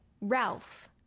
Ralph